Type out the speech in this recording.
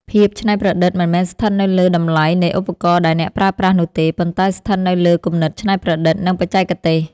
ភាពច្នៃប្រឌិតមិនមែនស្ថិតនៅលើតម្លៃនៃឧបករណ៍ដែលអ្នកប្រើប្រាស់នោះទេ ប៉ុន្តែស្ថិតនៅលើគំនិតច្នៃប្រឌិត និង បច្ចេកទេស។